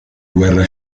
guerra